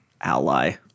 ally